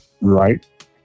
Right